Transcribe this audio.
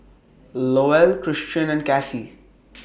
Lowell Christion and Kassie